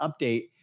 update